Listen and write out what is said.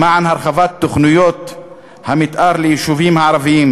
למען הרחבת תוכניות המתאר ליישובים הערביים,